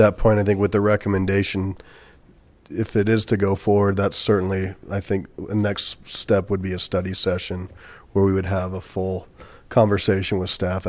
that point i think with the recommendation if it is to go forward that's certainly i think the next step would be a study session where we would have a full conversation with staff